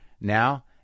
now